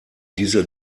dieser